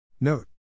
Note